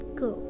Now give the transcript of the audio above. go